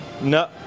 No